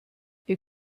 ihr